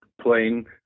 playing